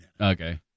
okay